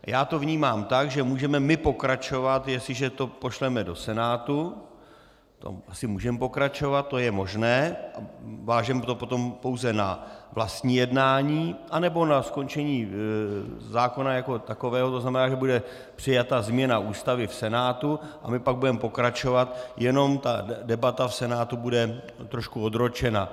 Já to vnímám tak, že my můžeme pokračovat, jestliže to pošleme do Senátu, to asi můžeme pokračovat, to je možné, vážeme to potom pouze na vlastní jednání, anebo na skončení zákona jako takového, to znamená, že bude přijata změna Ústavy v Senátu a my pak budeme pokračovat, jenom ta debata v Senátu bude trošku odročena.